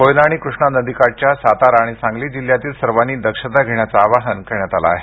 कोयना आणि कृष्णा नदीकाठच्या सातारा आणि सांगली जिल्ह्यातील सर्वांनी दक्षता घेण्याचं आवाहन करण्यात आले आहे